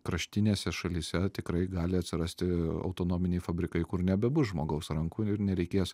kraštinėse šalyse tikrai gali atsirasti autonominiai fabrikai kur nebebus žmogaus rankų ir nereikės